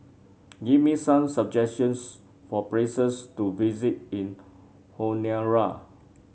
give me some suggestions for places to visit in Honiara